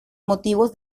motivos